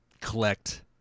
collect